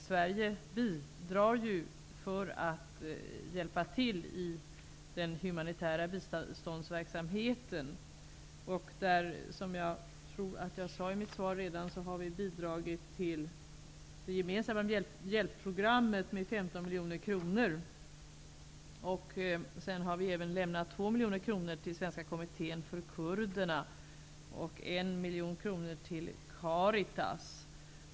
Sverige bidrar till den humanitiära biståndsverksamheten. Jag tror att jag redan i mitt svar sade att vi bidragit till det gemensamma hjälpprogrammet med 15 miljoner kronor. Sedan har vi lämnat 2 miljoner kronor till Svenska kommittén för kurderna och 1 miljon kronor till Caritas.